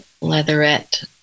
leatherette